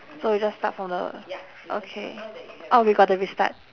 so we just start from the okay